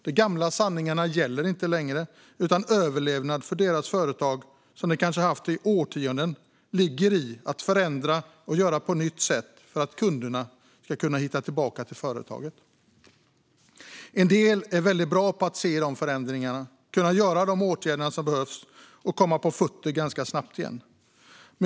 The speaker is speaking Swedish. De gamla sanningarna gäller inte längre, utan överlevnaden för deras företag, som de kanske har haft i årtionden, ligger i att förändra och göra på nya sätt för att kunderna ska kunna hitta tillbaka. En del är väldigt bra på att se förändringarna, på att genomföra de åtgärder som behövs och på att ganska snabbt komma på fötter igen.